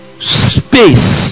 space